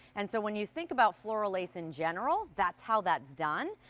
and so when you think about floral lace in general, that's how that's done.